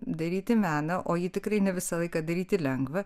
daryti meną o jį tikrai ne visą laiką daryti lengva